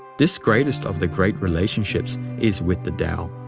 this greatest of the great relationships is with the tao,